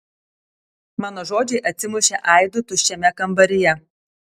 mano žodžiai atsimušė aidu tuščiame kambaryje